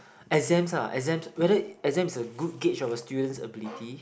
exams ah exams whether exams is a good gauge of a student's ability